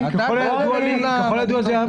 --- רוני.